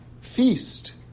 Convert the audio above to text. feast